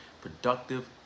productive